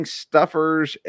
stuffers